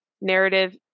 narrative